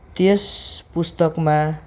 त्यस पुस्तकमा